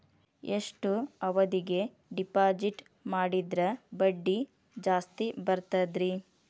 ಎಷ್ಟು ಅವಧಿಗೆ ಡಿಪಾಜಿಟ್ ಮಾಡಿದ್ರ ಬಡ್ಡಿ ಜಾಸ್ತಿ ಬರ್ತದ್ರಿ?